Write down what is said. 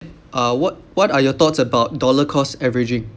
uh what what are your thoughts about dollar cost averaging